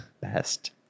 best